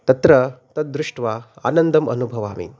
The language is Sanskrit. तत्र तद्दृष्ट्वा आनन्दम् अनुभवामि